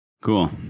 Cool